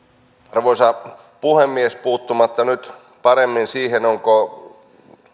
arvoisa puhemies puuttumatta nyt paremmin siihen ovatko